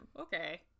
okay